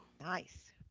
Nice